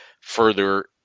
further